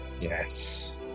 Yes